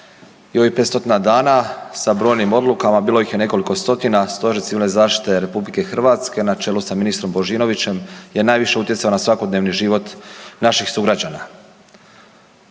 i ovih 500 dana sa brojnim odlukama, bilo ih je nekoliko stotina, Stožer civilne zaštite RH na čelu sa ministrom Božinovićem je najviše utjecao na svakodnevni život naših sugrađana.